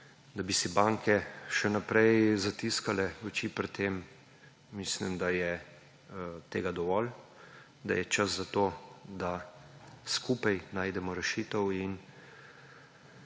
da bi si banke še naprej zatiskale oči pred tem, mislim, da je tega dovolj, da je čas za to, da skupaj najdemo rešitev in